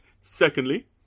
Secondly